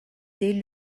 dès